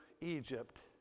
Egypt